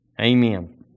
Amen